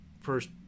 first